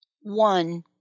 one